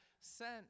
sent